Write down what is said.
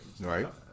Right